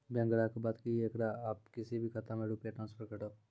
Bank ग्राहक के बात की येकरा आप किसी भी खाता मे रुपिया ट्रांसफर करबऽ?